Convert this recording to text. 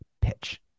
pitch